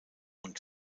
und